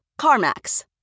CarMax